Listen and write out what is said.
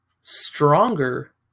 stronger